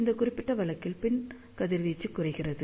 இந்த குறிப்பிட்ட வழக்கில் பின் கதிர்வீச்சு குறைகிறது